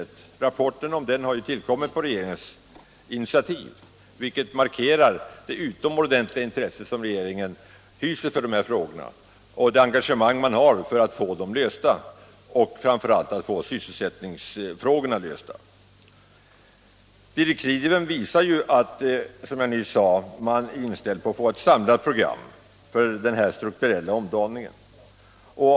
Tony Hagström lämnat har ju tillkommit på regeringens initiativ, vilket markerar det utomordentliga intresse som regeringen hyser för dessa frågor och det engagemang man påtagit sig för att få dem lösta, framför allt då frågor rörande sysselsättningen. Direktiven visar, som jag nyss sade, att man är inställd på att få fram ett samlat program för den strukturella omdaningen.